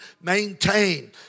maintain